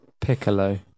Piccolo